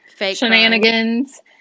shenanigans